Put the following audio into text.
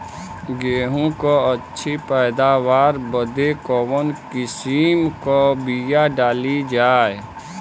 गेहूँ क अच्छी पैदावार बदे कवन किसीम क बिया डाली जाये?